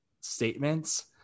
statements